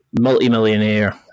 multi-millionaire